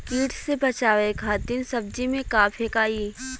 कीट से बचावे खातिन सब्जी में का फेकाई?